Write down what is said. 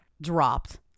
dropped